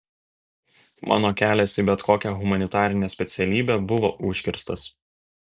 mano kelias į bet kokią humanitarinę specialybę buvo užkirstas